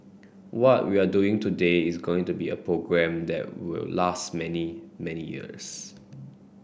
what we're doing today is going to be a program that will last many many years